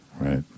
Right